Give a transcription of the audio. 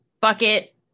bucket